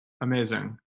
Amazing